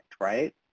right